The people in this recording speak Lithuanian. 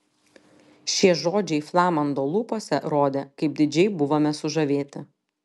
šie žodžiai flamando lūpose rodė kaip didžiai buvome sužavėti